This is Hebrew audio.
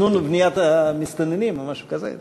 תכנון ובניית המסתננים או משהו כזה.